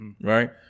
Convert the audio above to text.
Right